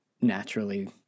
Naturally